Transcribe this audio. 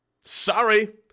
Sorry